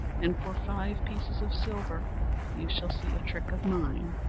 and for five pieces of silver you shall see a trick of mine.